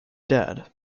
dad